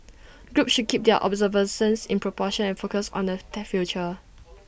groups should keep their observances in proportion and focused on the the future